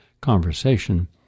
conversation